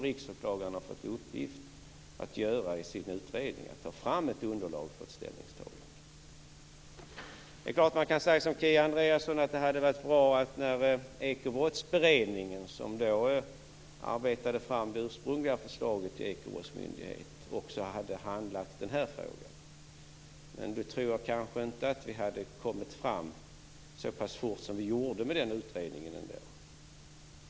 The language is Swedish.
Riksåklagaren har fått i uppgift att ta fram ett underlag för ett ställningstagande. Precis som Kia Andreasson säger hade det varit bra om Ekobrottsberedningen - som arbetade fram förslaget till Ekobrottsmyndigheten - även hade utrett den frågan. Men då tror jag inte att utredningen hade gått så pass fort som den ändå gjorde.